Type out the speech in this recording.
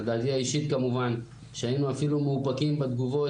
לדעתי האישית כמובן שהיינו אפילו מאופקים בתגובות